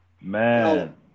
Man